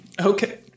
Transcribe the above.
Okay